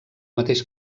mateix